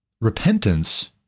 Repentance